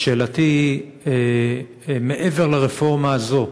שאלתי היא, מעבר לרפורמה הזאת,